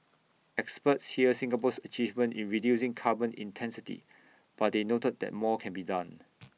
experts hailed Singapore's achievement in reducing carbon intensity but they noted that more can be done